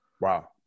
Wow